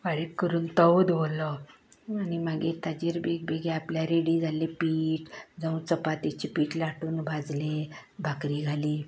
बारीक करून तवो दवरल्लो आनी मागीर ताजेर बेग बेग्यान आपलें रेडी जाल्ले पीट जावं चपातेचे पीट लाटून भाजलें बाकरी घाली